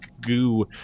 goo